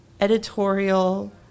editorial